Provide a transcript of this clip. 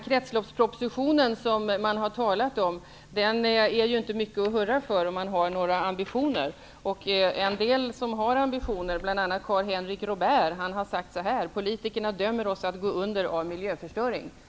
Kretsloppspropositionen som man talat om är ju inte mycket att hurra för om man har några ambitioner. En del personer med ambitioner, bl.a. Karl-Henrik Robèrt, har sagt att politikerna dömer oss att gå under av miljöförstöring.